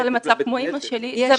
לא למצב כמו אמא שלי.